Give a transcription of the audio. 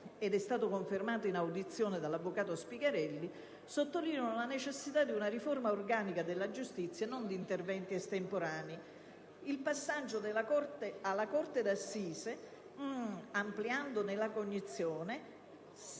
- è stato confermato in audizione dall'avvocato Spigarelli - sottolineano la necessità di una riforma organica della giustizia e non di interventi estemporanei. Il passaggio alla corte d'assise, ampliandone la cognizione,